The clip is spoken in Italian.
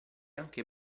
anche